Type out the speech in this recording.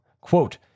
quote